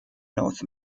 north